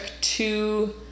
two